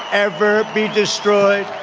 ever be destroyed.